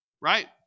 right